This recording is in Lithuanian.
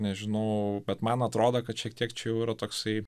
nežinau bet man atrodo kad šiek tiek čia jau yra toksai